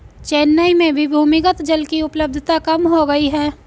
चेन्नई में भी भूमिगत जल की उपलब्धता कम हो गई है